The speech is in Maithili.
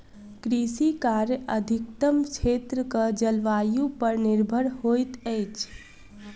कृषि कार्य अधिकतम क्षेत्रक जलवायु पर निर्भर होइत अछि